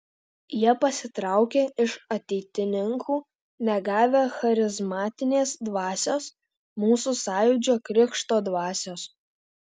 jie pasitraukė iš ateitininkų negavę charizmatinės dvasios mūsų sąjūdžio krikšto dvasios